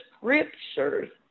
scriptures